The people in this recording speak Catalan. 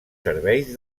serveis